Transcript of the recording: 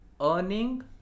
earning